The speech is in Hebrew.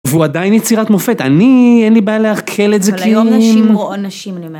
והוא עדיין יצירת מופת, אני אין לי בעיה לעכל את זה כי... אבל היום נשים רואות נשים, אני מאמינה.